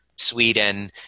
Sweden